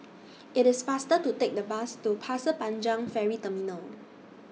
IT IS faster to Take The Bus to Pasir Panjang Ferry Terminal